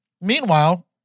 Meanwhile